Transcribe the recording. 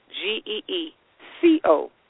G-E-E-C-O